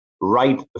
right